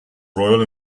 royal